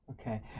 Okay